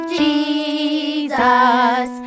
jesus